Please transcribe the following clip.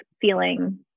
feeling